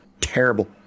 terrible